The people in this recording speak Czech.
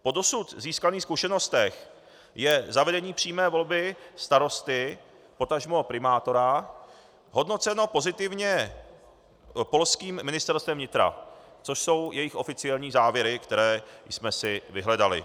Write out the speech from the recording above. Po dosud získaných zkušenostech je zavedení přímé volby starosty, potažmo primátora hodnoceno pozitivně polským Ministerstvem vnitra, což jsou jejich oficiální závěry, které jsme si vyhledali.